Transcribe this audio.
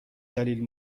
دلیل